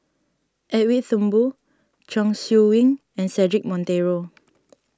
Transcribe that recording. Edwin Thumboo Chong Siew Ying and Cedric Monteiro